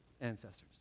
ancestors